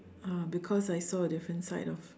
uh because I saw a different side of